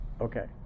Okay